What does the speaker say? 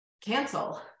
cancel